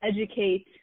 educate